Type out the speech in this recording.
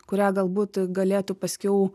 kurią galbūt galėtų paskiau